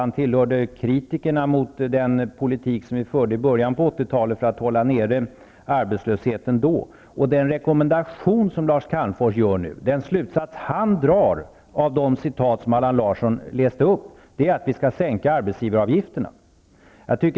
Han tillhörde dem som kritiserade den politik som vi förde i början av 80 talet för att hålla arbetslösheten nere. Den rekommendation som Lars Calmfors nu gör, den slutsats som han drar av de citat som Allan Larsson läste upp, är att vi skall sänka arbetsgivaravgifterna.